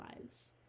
lives